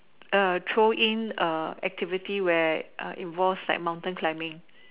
err throw in a activity where err involves like mountain climbing